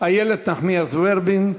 איילת נחמיאס ורבין.